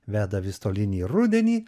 veda vis tolyn į rudenį